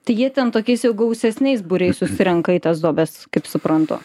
tai jie ten tokiais jau gausesniais būriais susirenka į tas duobes kaip suprantu